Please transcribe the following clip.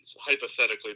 hypothetically